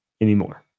anymore